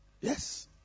Yes